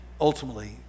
ultimately